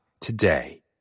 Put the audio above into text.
today